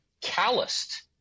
calloused